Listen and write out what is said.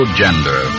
gender